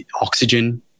oxygen